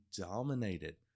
dominated